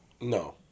No